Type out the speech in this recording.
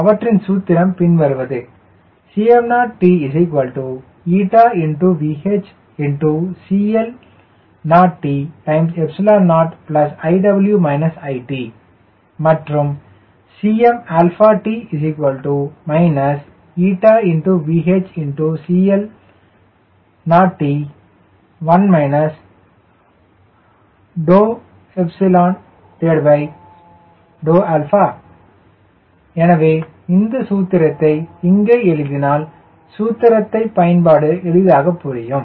அவற்றின் சூத்திரம் பின்வருவது Cm0t ηVHCLt0 iw it மற்றும் Cmt ηVHCLt1 ∂∂ எனவே இந்த சூத்திரத்தை இங்கே எழுதினால் சூத்திரத்தை பயன்பாடு எளிதாக புரியும்